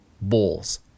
bulls